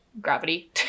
gravity